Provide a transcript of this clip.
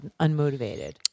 unmotivated